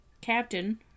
captain